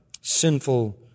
sinful